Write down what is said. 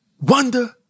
wonder